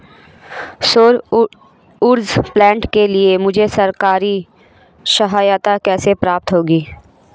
सौर ऊर्जा प्लांट के लिए मुझे सरकारी सहायता कैसे प्राप्त होगी?